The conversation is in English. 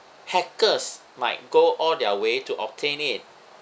hackers might go all their way to obtain it